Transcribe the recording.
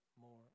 more